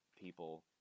people